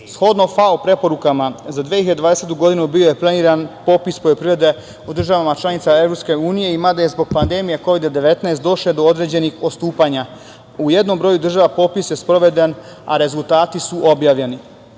FAO preporukama za 2020. godinu bio je planiran popis poljoprivrede u državama članicama EU i mada je zbog pandemije kovid-19 došlo do određenih odstupanja. U jednom broju država popis je sproveden, a rezultati su objavljeni. Cilj